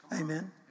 Amen